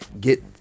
get